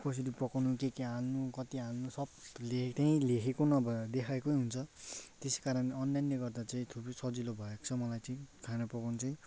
कसरी पकाउनु के के हाल्नु कति हाल्नु सब ले त्यही लेखेको नभए देखाएकै हुन्छ त्यस कारण अनलाइनले गर्दा चाहिँ थुप्रै सजिलो भएको छ मलाई चाहिँ खाना पकाउनु चाहिँ